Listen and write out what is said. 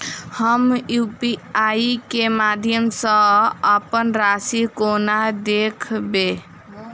हम यु.पी.आई केँ माध्यम सँ अप्पन राशि कोना देखबै?